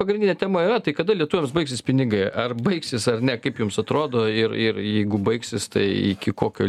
pagrindinė tema yra tai kada lietuviams baigsis pinigai ar baigsis ar ne kaip jums atrodo ir ir jeigu baigsis tai iki kokio